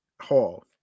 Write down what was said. Hall